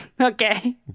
okay